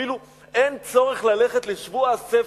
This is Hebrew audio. אפילו אין צורך ללכת לשבוע הספר.